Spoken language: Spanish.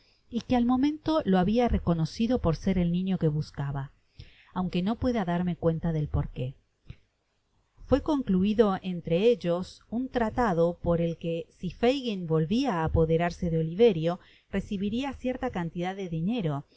y que al momento lo habia reconocido por ser el niño que buscaba aunque no pueda darme cuenta del porque fué concluido entre ellos un tratado por el que si fagin volvia á apoderarse de oliverio recibiria cierta cantidad de dinero